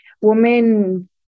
women